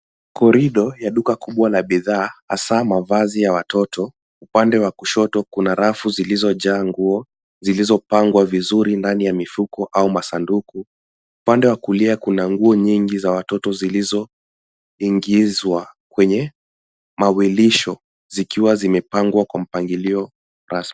Korido ya duka kubwa la bidhaa hasaa mavazi ya watoto, upande wa kushoto kuna rafu zilizojaa nguo zilizopangwa vizuri ndani ya mifuko au masanduku. Upande wa kulia kuna nguo nyingi za watoto zilizoingizwa kwenye mawelisho zikiwa zimepangwa kwa mpangilio rasmi.